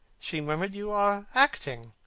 she murmured. you are acting.